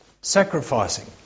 Sacrificing